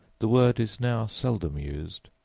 the word is now seldom used,